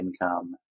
income